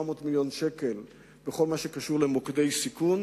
מיליון ש"ח לכל מה שקשור למוקדי סיכון.